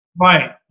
Right